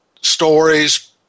stories